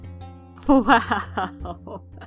Wow